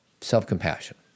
self-compassion